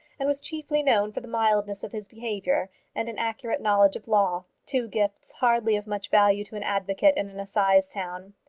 and was chiefly known for the mildness of his behaviour and an accurate knowledge of law two gifts hardly of much value to an advocate in an assize town.